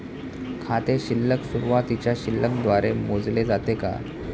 खाते शिल्लक सुरुवातीच्या शिल्लक द्वारे मोजले जाते का?